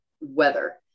weather